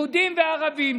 יהודים וערבים,